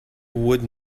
would